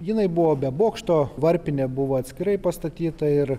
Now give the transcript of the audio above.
jinai buvo be bokšto varpinė buvo atskirai pastatyta ir